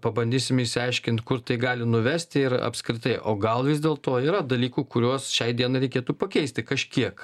pabandysim išsiaiškint kur tai gali nuvesti ir apskritai o gal vis dėlto yra dalykų kuriuos šiai dienai reikėtų pakeisti kažkiek